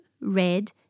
red